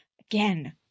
again